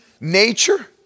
nature